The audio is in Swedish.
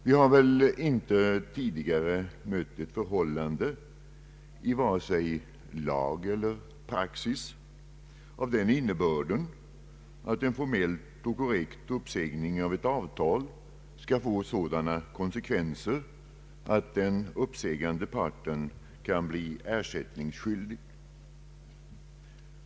Vi har väl inte tidigare mött ett förhållande i vare sig lag eller praxis av den innebörden att en formell och korrekt uppsägning av ett avtal skall få sådana konsekvenser att den uppsägande parten kan bli ersättningsskyldig.